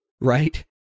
Right